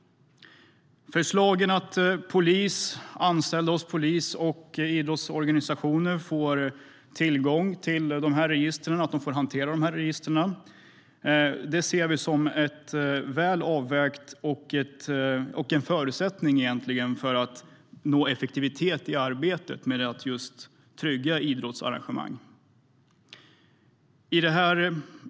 Förslaget att polis, anställda hos polis och idrottsorganisationer får tillgång till och kan hantera registren ser vi som väl avvägt och egentligen en förutsättning för att nå effektivitet i arbetet med att trygga idrottsarrangemang.